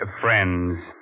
Friends